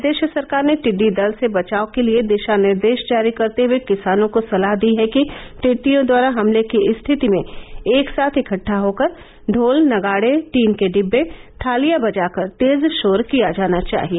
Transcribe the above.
प्रदेश सरकार ने टिड्डी दल से बचाव के लिए दिशा निर्देश जारी करते हुए किसानों को सलाह दी है कि टिड़ियों द्वारा हमले की स्थिति में एक साथ इकट्ठा होकर ढोल नगाडे टिन के डिब्बे थालियां बजाकर तेज शोर किया जाना चाहिए